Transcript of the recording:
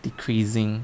decreasing